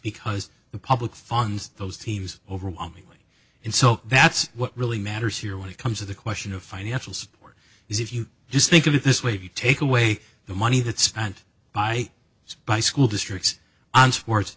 because the public funds those teams overwhelmingly and so that's what really matters here when it comes to the question of financial support is if you just think of it this way if you take away the money that's spent by by school districts and sports